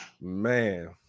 Man